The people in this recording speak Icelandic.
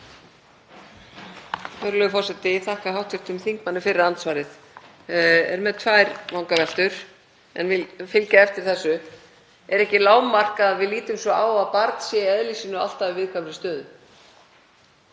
Virðulegur forseti. Ég þakka hv. þingmanni fyrir andsvarið. Ég er með tvær vangaveltur en vil fylgja eftir þessu: Er ekki lágmark að við lítum svo á að barn sé í eðli sínu alltaf í viðkvæmri stöðu?